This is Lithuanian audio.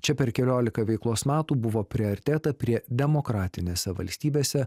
čia per keliolika veiklos metų buvo priartėta prie demokratinėse valstybėse